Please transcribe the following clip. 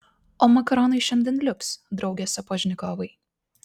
o makaronai šiandien liuks drauge sapožnikovai